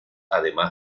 además